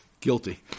Guilty